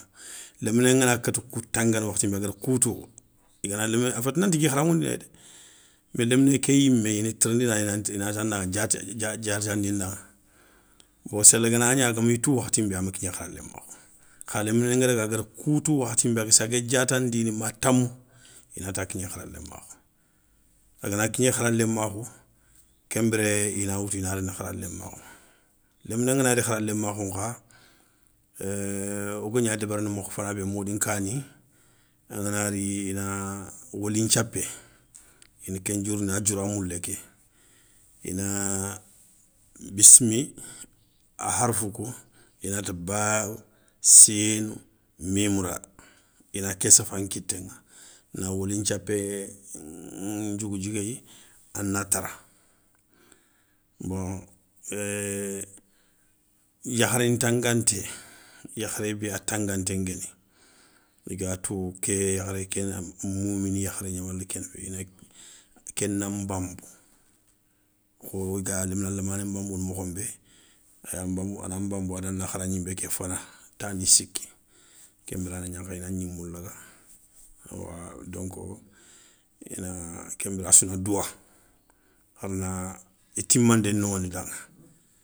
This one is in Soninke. Lemine ngana kata kou tangana wakhati nbé a ga da kou tou i gana léminé bé. A fati nanti i gui kharaŋoundi néy dé, mé léminé ké yimé i na tirindini ya. ina tirindi i na tanda diaté, diatandi nda. Bo seli ganagni agami tou wakhati nbe ama kigné khara lémakhou. Kha lemine nga daga a gada kou tou wakhatinbé a ga sagué diatandini ma tamou. ina ti a kigne khara lemakhou. A gana kigne khara lemakhou ke mbire ina woutou ina deni khara lemakhou. Lemine ngana ri khara lemakhou nkha o gagna deberini mokho fana bé modi nkani. O gana ri ina woli nthiappe ini ke ndiourini ya a dioura moule ke. Ina bismi arafu kou inati ba, siin, mimra ina ké safa an kiteŋa, na woli nthiappe ndiougou diouguéyi, ana tara. Bon yakhari ntaganté, yakhare be an tangante ngani i ga tu ke yakhare ké ni moumini yakharé gna, wala kéna féyé gna, ke na nbambou. Kho iga léminé lamané nbanbounou mokhon bé. Ana mbambu adana khara gnimbe ké fana tani sikki. Ke mbire an na gnakhandi ina an gnimou laga awa donko. ina ke mbire assouna douwa. harna i tiimande nowondi daŋa.